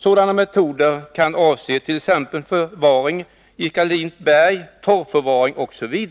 Sådana metoder kan avse t.ex. förvaring i kristallina bergarter, torrförvaring Osv.”